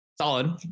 Solid